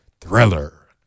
Thriller